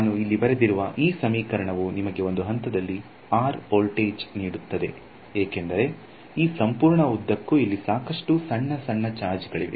ನಾನು ಇಲ್ಲಿ ಬರೆದಿರುವ ಈ ಸಮೀಕರಣವು ನಿಮಗೆ ಒಂದು ಹಂತದಲ್ಲಿ r ವೋಲ್ಟೇಜ್ ನೀಡುತ್ತದೆ ಏಕೆಂದರೆ ಈ ಸಂಪೂರ್ಣ ಉದ್ದಕ್ಕೂ ಇಲ್ಲಿ ಸಾಕಷ್ಟು ಸಣ್ಣ ಸಣ್ಣ ಚಾರ್ಜ್ಗಳಿವೆ